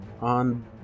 on